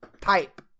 type